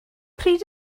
pryd